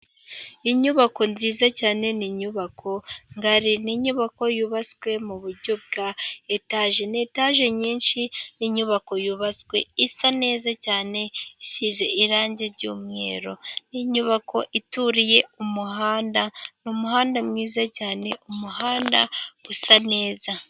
Inyubako nziza cyane ni inyubako ngari, ni inyubako yubatswe muburyo bwa etage, ni etage nyinshi, ni inyubako yubatswe isa neza cyane, isize irangi ry'umweru, ni inyubako ituriye umuhanda, ni umuhanda mwiza cyane, umuhanda usa neza.